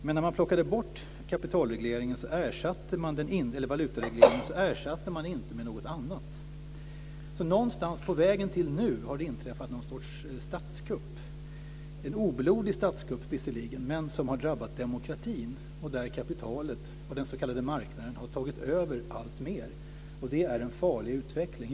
Men när man plockade bort valutaregleringen ersatte man den inte med något annat. Någonstans på vägen har det inträffat någon sorts statskupp - en oblodig statskupp, visserligen, men den har drabbat demokratin och kapitalet och den s.k. marknaden har tagit över alltmer. Det är en farlig utveckling.